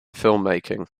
filmmaking